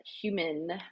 human